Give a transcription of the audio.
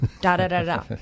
Da-da-da-da